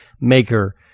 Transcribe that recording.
maker